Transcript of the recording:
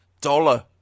Dollar